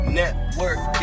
network